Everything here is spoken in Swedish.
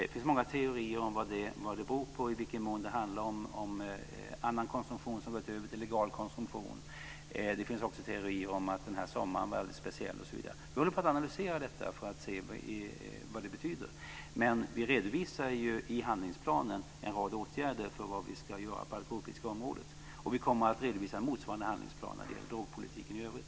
Det finns många teorier om vad det beror på, i vilken mån det handlar om annan konsumtion som gått över till legal konsumtion. Det finns också teorier om att den här sommaren var alldeles speciell osv. Vi håller på att analysera detta för att se vad det betyder. Men vi redovisar i handlingsplanen en rad åtgärder som vi ska vidta på det alkoholpolitiska området. Och vi kommer att redovisa motsvarande handlingsplan när det gäller drogpolitiken i övrigt.